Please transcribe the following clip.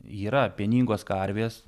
yra pieningos karvės